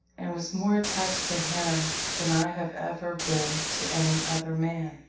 and was more attached to him than i have ever been to any other man.